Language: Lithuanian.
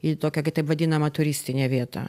į tokią kitaip vadinamą turistinę vietą